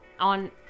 on